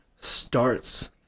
starts